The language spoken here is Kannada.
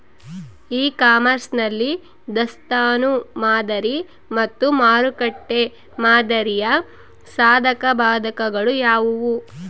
ಇ ಕಾಮರ್ಸ್ ನಲ್ಲಿ ದಾಸ್ತನು ಮಾದರಿ ಮತ್ತು ಮಾರುಕಟ್ಟೆ ಮಾದರಿಯ ಸಾಧಕಬಾಧಕಗಳು ಯಾವುವು?